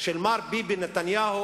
של מר ביבי נתניהו,